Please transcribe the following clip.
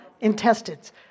intestines